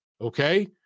okay